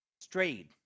Strayed